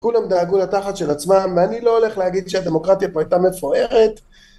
כולם דאגו לתחת של עצמם ואני לא הולך להגיד שהדמוקרטיה פה הייתה מפוארת